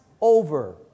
over